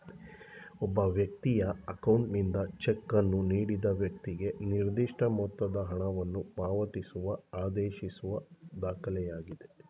ಒಬ್ಬ ವ್ಯಕ್ತಿಯ ಅಕೌಂಟ್ನಿಂದ ಚೆಕ್ ಅನ್ನು ನೀಡಿದ ವೈಕ್ತಿಗೆ ನಿರ್ದಿಷ್ಟ ಮೊತ್ತದ ಹಣವನ್ನು ಪಾವತಿಸುವ ಆದೇಶಿಸುವ ದಾಖಲೆಯಾಗಿದೆ